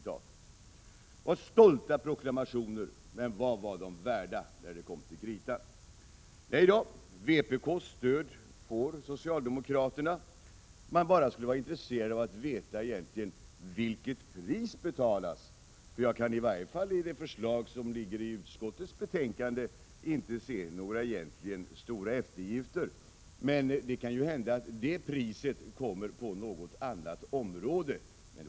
Det var stolta proklamationer, men vad var de värda när det kom till kritan? Nej, vpk:s stöd får socialdemokraterna. Det skulle egentligen vara intressant att få veta vilket pris som betalats. Jag kan i varje fall inte i utskottets förslag se några egentligt stora eftergifter. Det kan hända att priset kommer att betalas på något annat område.